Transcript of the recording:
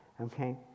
Okay